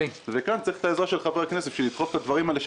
כאן צריך את העזרה של חברי הכנסת בשביל לדחוף את הדברים האלה,